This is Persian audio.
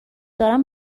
دارم